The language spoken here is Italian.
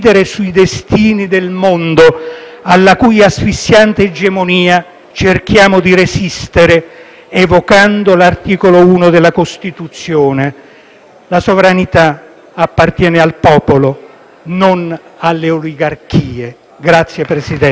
alla cui asfissiante egemonia cerchiamo di resistere evocando l'articolo 1 della Costituzione. La sovranità appartiene al popolo, non alle oligarchie. *(Applausi